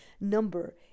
number